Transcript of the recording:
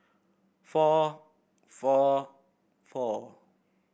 four four four